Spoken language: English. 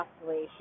oscillation